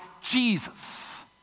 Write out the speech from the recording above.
Jesus